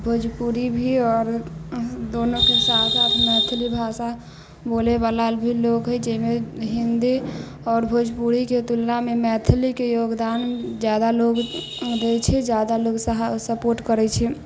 भोजपुरी भी आओर दोनोंके साथ साथ मैथिली भाषा बोलैवला भी लोग है जाहिमे हिन्दी आओर भोजपूरीके तुलनामे मैथिलीके योगदान जादा लोग दै छै जादा लोग सहा सपोर्ट करै छै